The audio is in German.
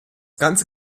ganze